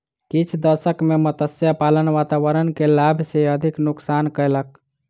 किछ दशक में मत्स्य पालन वातावरण के लाभ सॅ अधिक नुक्सान कयलक